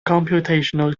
computational